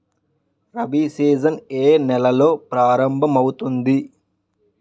Rabi season ఏ నెలలో ప్రారంభమౌతుంది?